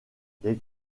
les